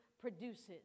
produces